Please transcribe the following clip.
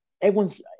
everyone's